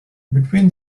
between